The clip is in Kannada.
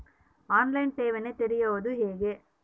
ಆನ್ ಲೈನ್ ಠೇವಣಿ ತೆರೆಯುವುದು ಹೇಗೆ?